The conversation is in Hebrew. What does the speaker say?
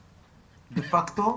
דפקטו,